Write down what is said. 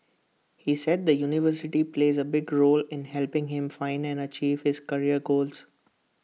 he said the university plays A big role in helping him find and achieve his career goals